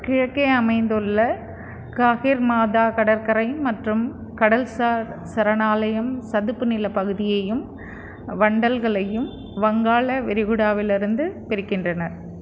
கிழக்கே அமைந்துள்ள காஹிர்மாதா கடற்கரை மற்றும் கடல்சார் சரணாலயம் சதுப்பு நிலப் பகுதியையும் வண்டல்களையும் வங்காள விரிகுடாவிலிருந்து பிரிக்கின்றன